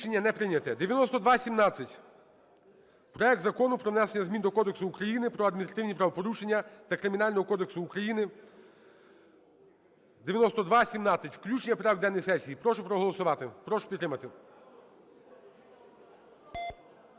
Рішення не прийнято. 9217. Проект Закону про внесення змін до Кодексу України про адміністративні правопорушення та Кримінального кодексу України (9217), включення в порядок денний сесії. Прошу проголосувати, прошу підтримати.